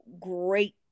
great